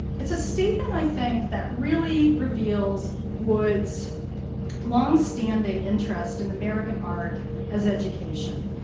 it's a statement, i think, that really reveals wood's long standing interest in american art as education,